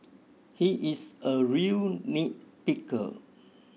he is a real nitpicker